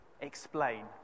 explain